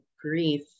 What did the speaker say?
grief